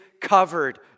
covered